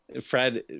Fred